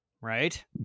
right